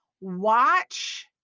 watch